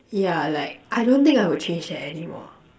yeah like I don't think I would change that anymore